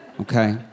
okay